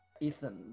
Ethan